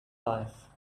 life